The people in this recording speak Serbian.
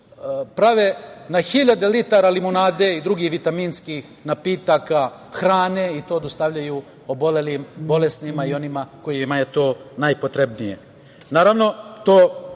prave na hiljade litara limunade i drugih vitaminskih napitaka, hrane i to dostavljaju obolelim, bolesnima i onima kojima je to najpotrebnije.